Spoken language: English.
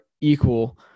equal